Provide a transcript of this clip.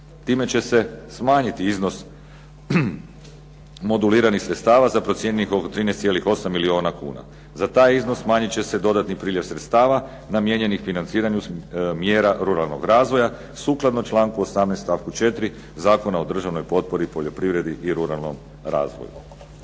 Time će se smanjiti iznos moduliranih sredstava za procijenjenih oko 13,8 milijuna kuna. Za taj iznos smanjit će se dodatni priljev sredstava namijenjenih financiranju mjera ruralnog razvoja sukladno članku 18. stavku 4. Zakona o državnoj potpori poljoprivredi i ruralnom razvoju.